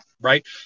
right